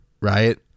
right